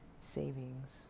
savings